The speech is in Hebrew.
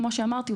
כמו שאמרתי,